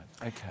Okay